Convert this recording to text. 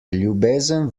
ljubezen